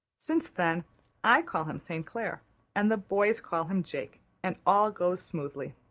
since then i call him st. clair and the boys call him jake and all goes smoothly.